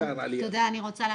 אני רוצה להמשיך.